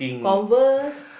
Converse